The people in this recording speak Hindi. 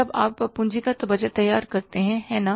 जब आप पूंजीगत बजट तैयार करते हैं है ना